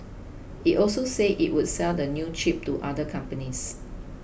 it also said it would sell the new chip to other companies